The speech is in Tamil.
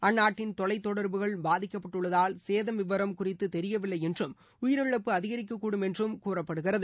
அந்நாட்டின் தொலைத்தொடர்புகள் பாதிக்கப்பட்டுள்ளதால் சேதம் விவரம் குறித்து தெரியவில்லை என்றும் உயிரிழப்பு அதிகரிக்கக் கூடும் என்றும் கூறப்படுகிறது